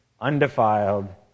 undefiled